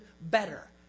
better